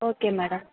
okay madam